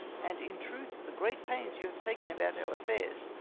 and, in truth, the great pains you have taken about our affairs,